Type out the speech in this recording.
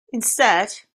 instead